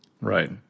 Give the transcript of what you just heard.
right